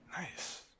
Nice